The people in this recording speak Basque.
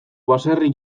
baserri